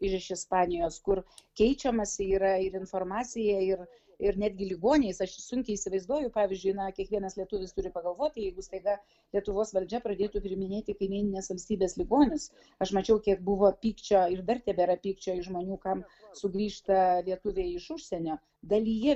ir iš ispanijos kur keičiamasi yra ir informacija ir ir netgi ligoniais aš sunkiai įsivaizduoju pavyzdžiui na kiekvienas lietuvis turi pagalvoti jeigu staiga lietuvos valdžia pradėtų priiminėti kaimyninės valstybės ligonius aš mačiau kiek buvo pykčio ir dar tebėra pykčio iš žmonių kam sugrįžta lietuviai iš užsienio dalyje